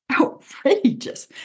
Outrageous